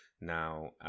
Now